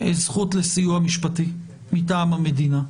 זכות לסיוע משפטי מטעם המדינה.